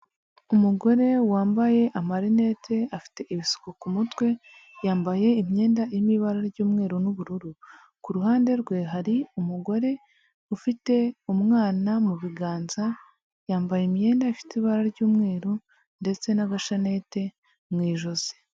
Umugore wambaye amarinete afite ibisuko ku mutwe, yambaye imyenda irimo ibara ry'umweru n'ubururu, ku ruhande rwe hari umugore ufite umwana mu biganza, yambaye imyenda ifite ibara ry'umweru ndetse n'agashanete mu ijosi.